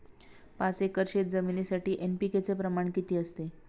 पाच एकर शेतजमिनीसाठी एन.पी.के चे प्रमाण किती असते?